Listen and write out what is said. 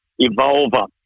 Evolver